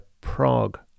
Prague